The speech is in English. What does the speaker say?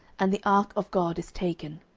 and the ark of god is taken.